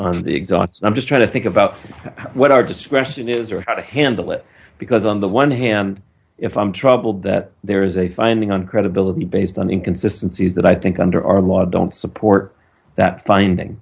on the exhausts i'm just trying to think about what our discussion is or how to handle it because on the one hand if i'm troubled that there is a finding on credibility based on inconsistency that i think under our law don't support that finding